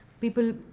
people